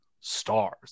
Stars